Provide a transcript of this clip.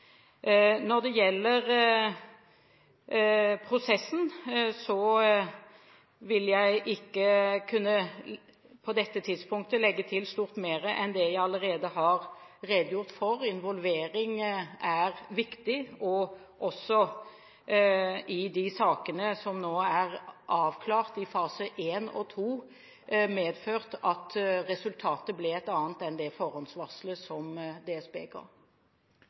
Når det gjelder prosessen, vil jeg på dette tidspunktet ikke kunne legge til stort mer enn det jeg allerede har redegjort for. Involvering er viktig, og har i de sakene som nå er avklart i fase 1 og 2, medført at resultatet ble et annet enn det forhåndsvarslet som DSB ga.